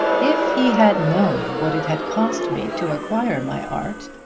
if he had known what it had cost me to acquire my art,